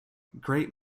great